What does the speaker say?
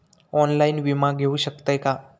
Online विमा घेऊ शकतय का?